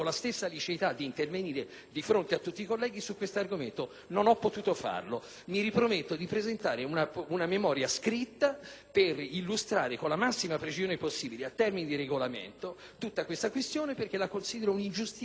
di fronte a tutti i colleghi su questo argomento, ma non ho potuto farlo. Mi riprometto di presentare una memoria scritta per illustrare con la massima precisione possibile, a termini di Regolamento, tutta la questione, che considero un'ingiustizia assoluta.